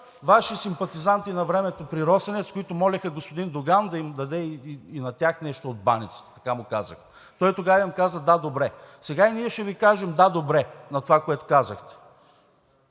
Ваши симпатизанти навремето при Росенец, които молеха господин Доган да им даде и на тях нещо от баницата – така му казаха. Той тогава им каза: да, добре. Сега и ние ще Ви кажем, да, добре, на това, което казахте.